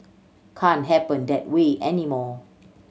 can't happen that way anymore